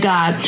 God